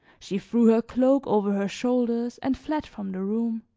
she threw her cloak over her shoulders and fled from the room.